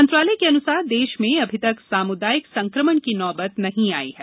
मंत्रालय के अनुसार देश में अभी तक सामुदायिक संक्रमण की नौबत नहीं आई है